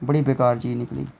बड़ी बेकार चीज़ निकली